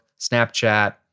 Snapchat